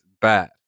bad